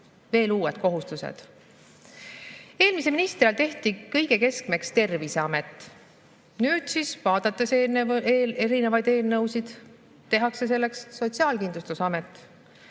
uued kohustused. Eelmise ministri ajal tehti kõige keskmeks Terviseamet. Nüüd siis, vaadates erinevaid eelnõusid, tehakse selleks Sotsiaalkindlustusamet. Kas